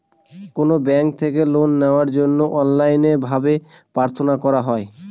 কোনো ব্যাঙ্ক থেকে লোন নেওয়ার জন্য অনলাইনে ভাবে প্রার্থনা করা হয়